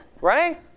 Right